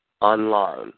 online